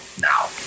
now